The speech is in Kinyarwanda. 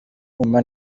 kuma